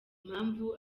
impamvu